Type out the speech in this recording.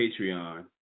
Patreon